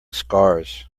scars